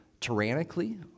tyrannically